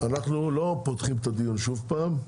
אנחנו לא פותחים שוב את הדיון.